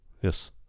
Yes